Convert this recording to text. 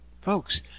folks